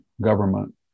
government